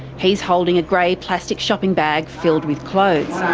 he's holding a grey plastic shopping bag filled with clothes.